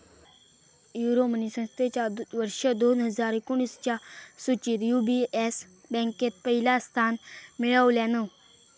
Euromoney संस्थेच्या वर्ष दोन हजार एकोणीसच्या सुचीत यू.बी.एस बँकेन पहिला स्थान मिळवल्यान